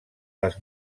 les